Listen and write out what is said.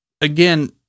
again